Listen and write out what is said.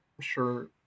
sure